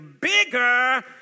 bigger